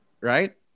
right